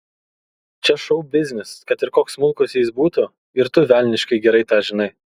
čia šou biznis kad ir koks smulkus jis būtų ir tu velniškai gerai tą žinai